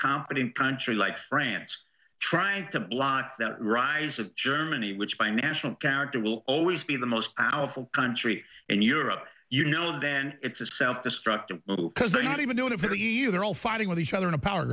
competent country like france trying to block that rise of germany which by national character will always be the most powerful country in europe you know then it's self destructive because they're not even doing it for you they're all fighting with each other in a power